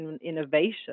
innovation